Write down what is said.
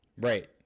Right